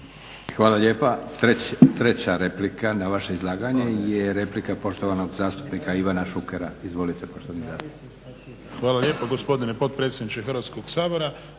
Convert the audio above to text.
Hvala lijepa. Treća replika na vaše izlaganje je replika poštovanog zastupnika Ivana Šukera. Izvolite poštovani zastupniče. **Šuker, Ivan (HDZ)** Hvala lijepa gospodine potpredsjedniče Hrvatskog sabora.